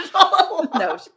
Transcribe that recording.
No